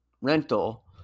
rental